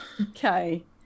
Okay